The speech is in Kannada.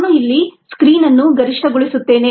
ನಾನು ಇಲ್ಲಿ ಸ್ಕ್ರೀನ್ಅನ್ನು ಗರಿಷ್ಠಗೊಳಿಸುತ್ತೇನೆ